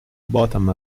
bottom